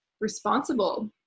responsible